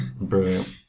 Brilliant